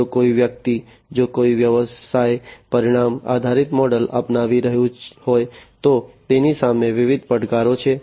જો કોઈ વ્યક્તિ જો કોઈ વ્યવસાય પરિણામ આધારિત મોડલ અપનાવી રહ્યું હોય તો તેની સામે વિવિધ પડકારો છે